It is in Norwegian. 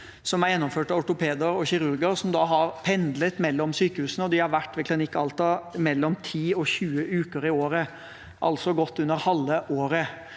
som er gjennomført av ortopeder og kirurger, som da har pendlet mellom sykehusene. De har vært ved Klinikk Alta 10–20 uker i året, altså godt under halve året.